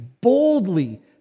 boldly